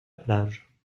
plage